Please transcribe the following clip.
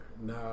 No